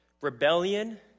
rebellion